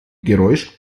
geräusch